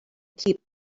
keep